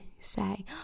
say